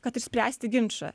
kad išspręsti ginčą